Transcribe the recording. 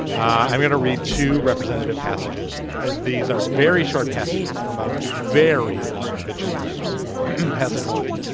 i'm going to read to representative passages. ah these are very short passages from a very long obituary passage one